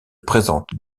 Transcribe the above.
présente